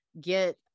get